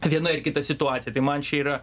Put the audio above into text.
viena ir kita situacija tai man čia yra